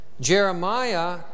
Jeremiah